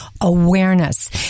awareness